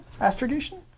astrogation